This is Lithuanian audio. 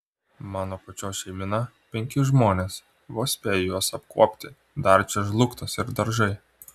mano pačios šeimyna penki žmonės vos spėju juos apkuopti dar čia žlugtas ir daržai